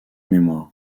mémoires